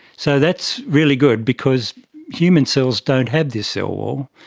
so that's really good because human cells don't have this cell wall,